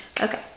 okay